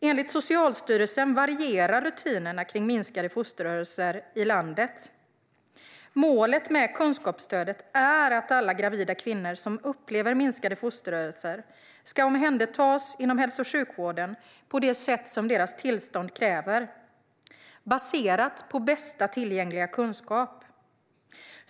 Enligt Socialstyrelsen varierar rutinerna kring minskade fosterrörelser i landet. Målet med kunskapsstödet är att alla gravida kvinnor som upplever minskade fosterrörelser ska omhändertas inom hälso och sjukvården på det sätt som deras tillstånd kräver, baserat på bästa tillgängliga kunskap.